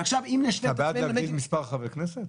אחת מ-40 התחנות,